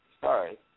sorry